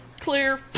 Clear